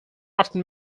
often